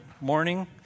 morning